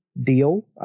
deal